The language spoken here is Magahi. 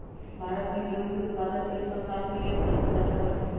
भारत में गेहूं के उत्पादन एकसौ सात मिलियन टन से ज्यादा होलय है